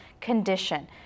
condition